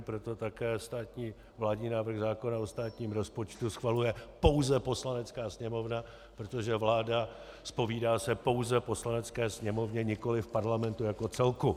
Proto také vládní návrh zákona o státním rozpočtu schvaluje pouze Poslanecká sněmovna, protože vláda se zodpovídá pouze Poslanecké sněmovně, nikoliv Parlamentu jako celku.